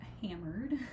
hammered